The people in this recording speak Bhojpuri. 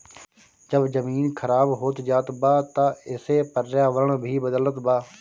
जब जमीन खराब होत जात बा त एसे पर्यावरण भी बदलत बा